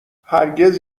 هرگز